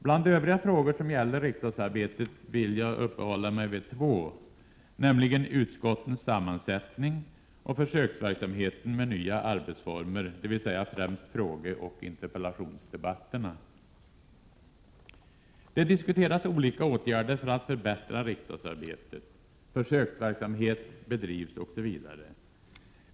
Bland övriga frågor som gäller riksdagsarbetet vill jag uppehålla mig vid två, nämligen utskottens sammansättning och försöksverksamheten med nya arbetsformer, dvs. främst frågeoch interpellationsdebatterna. Det diskuteras olika åtgärder för att förbättra riksdagsarbetet. Försöksverksamhet bedrivs osv.